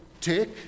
take